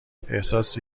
احساس